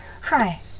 Hi